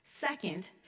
Second